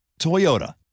Toyota